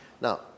Now